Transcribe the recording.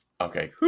Okay